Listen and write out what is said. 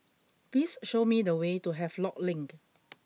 please show me the way to Havelock Link